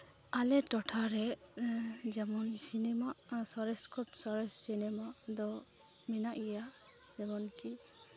ᱟᱞᱮ ᱴᱚᱴᱷᱟᱨᱮ ᱡᱮᱢᱚᱱ ᱥᱤᱱᱮᱢᱟ ᱥᱚᱨᱮᱥ ᱠᱷᱚᱱ ᱥᱚᱨᱮᱥ ᱥᱤᱱᱮᱢᱟ ᱫᱚ ᱢᱮᱱᱟᱜ ᱜᱮᱭᱟ ᱡᱮᱢᱚᱱᱠᱤ